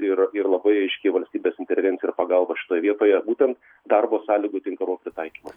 ir ir labai aiški valstybės intervencija ir pagalba šitoje vietoje būtent darbo sąlygų tinkamo pritaikymo